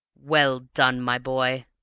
well done, my boy!